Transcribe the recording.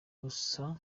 gusa